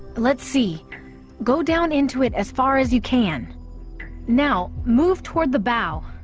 let's see go down into it as far as you can now move toward the bow